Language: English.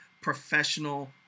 Professional